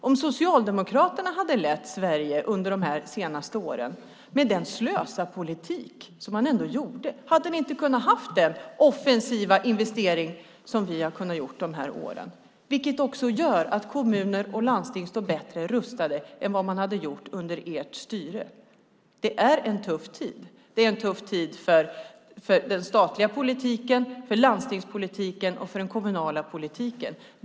Om Socialdemokraterna hade lett Sverige under de senaste åren, med den slösapolitik som de förde, hade vi inte kunnat göra de offensiva investeringar som vi gjort under dessa år. Det gör att kommuner och landsting står bättre rustade än de hade gjort om Socialdemokraterna hade styrt. Det är en tuff tid. Det är en tuff tid för den statliga politiken, för landstingspolitiken och för den kommunala politiken.